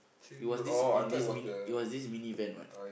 it was this in this mini it was this mini van [what]